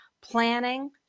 planning